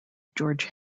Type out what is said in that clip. george